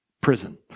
prison